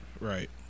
Right